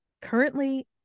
currently